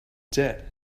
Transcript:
dead